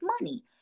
money